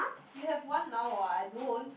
you have one now while I don't